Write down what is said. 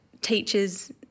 teachers